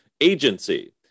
agency